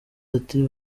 ati